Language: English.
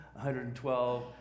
112